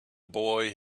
boy